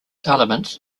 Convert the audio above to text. elements